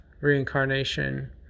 reincarnation